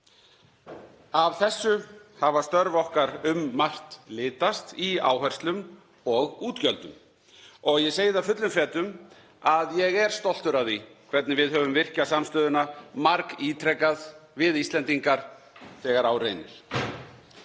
Af þessu hafa störf okkar um margt litast í áherslum og útgjöldum. Ég segi það fullum fetum að ég er stoltur af því hvernig við höfum virkjað samstöðuna margítrekað, við Íslendingar, þegar á reynir.